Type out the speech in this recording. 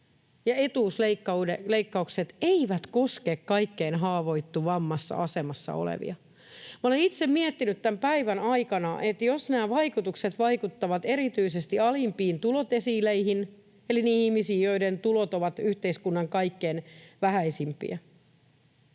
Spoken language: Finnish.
etuusleikkaukset eivät koske kaikkein haavoittuvimmassa asemassa olevia. Minä olen itse miettinyt tämän päivän aikana, että jos nämä vaikutukset vaikuttavat erityisesti alimpiin tulodesiileihin eli niihin ihmisiin, joiden tulot ovat yhteiskunnan kaikkein vähäisimpiä,